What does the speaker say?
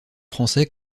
français